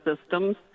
systems